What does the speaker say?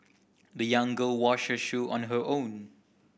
the young girl washed her shoe on her own